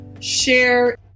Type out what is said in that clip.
share